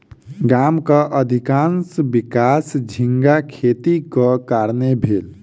गामक अधिकाँश विकास झींगा खेतीक कारणेँ भेल